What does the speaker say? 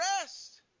rest